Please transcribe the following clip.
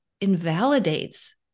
invalidates